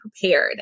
prepared